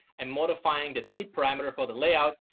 and modifying the seed parameter for the layout,